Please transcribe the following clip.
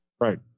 Right